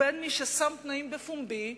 ובין מי ששם תנאים בפומבי,